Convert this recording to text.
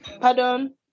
pardon